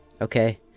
Okay